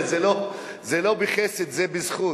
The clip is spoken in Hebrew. זה לא בחסד, זה בזכות.